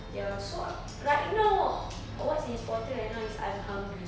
ya so right now what's important right now is I'm hungry